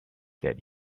that